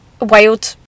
wild